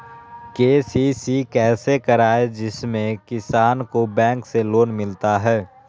KCC कैसे कराये जिसमे किसान को बैंक से लोन मिलता है?